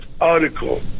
article